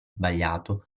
sbagliato